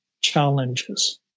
challenges